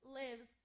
lives